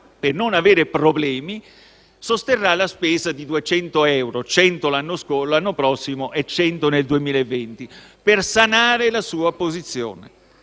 per non avere problemi, sosterrà la spesa di 200 euro (100 l'anno prossimo e 100 nel 2020) per sanare la sua posizione.